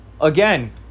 again